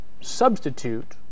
substitute